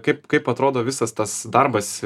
kaip kaip atrodo visas tas darbas